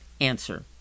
Answer